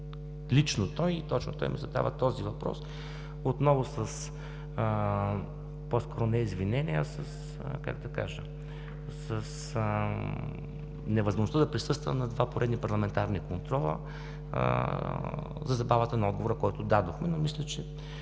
лично той и точно той ми задава този въпрос. Отново по-скоро не извинение, а с невъзможността да присъствам на два поредни парламентарни контрола е забавата на отговора, който дадох. Но мисля, че